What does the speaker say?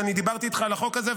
דיברתי איתך על החוק הזה,